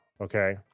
okay